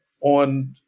on